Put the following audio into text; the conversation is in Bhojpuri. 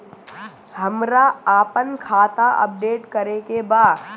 हमरा आपन खाता अपडेट करे के बा